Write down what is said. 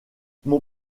mon